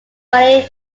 money